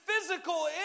physical